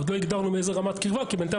עוד לא הגדרנו מאיזה רמת קירבה כי בינתיים